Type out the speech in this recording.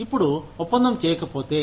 ఇప్పుడు ఒప్పందం చేయకపోతే